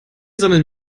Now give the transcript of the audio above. sammeln